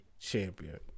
Champion